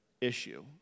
issue